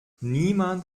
niemand